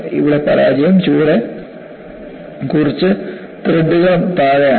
ഇവിടെ പരാജയം ചുവടെ കുറച്ച് ത്രെഡുകൾ താഴെയാണ്